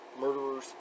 murderers